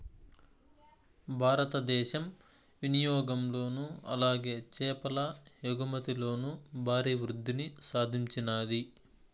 భారతదేశం వినియాగంలోను అలాగే చేపల ఎగుమతిలోను భారీ వృద్దిని సాధించినాది